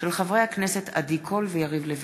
של חברי הכנסת עדי קול ויריב לוין.